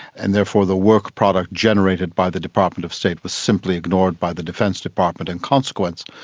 and therefore the work product generated by the department of state was simply ignored by the defence department. in consequence,